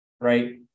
right